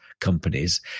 companies